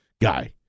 guy